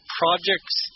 projects